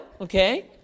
okay